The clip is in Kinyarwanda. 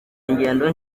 ingendo